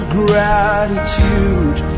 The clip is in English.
gratitude